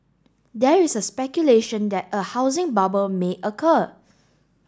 there is a speculation that a housing bubble may occur